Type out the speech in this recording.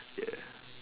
ya